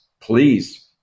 please